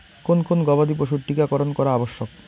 কোন কোন গবাদি পশুর টীকা করন করা আবশ্যক?